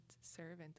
servant